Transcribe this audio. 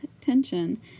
tension